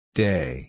day